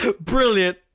Brilliant